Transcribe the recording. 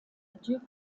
duke